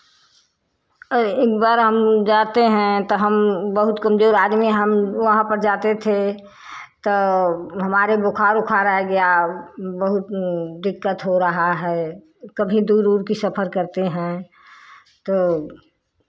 अरे एक बार हम जाते हैं तो हम बहुत कमजोर आदमी हम वहाँ पर जाते थे तो हमारे बुखार उखार आ गया बहुत दिक्कत हो रहा है कभी दूर ऊर की सफ़र करते हैं तो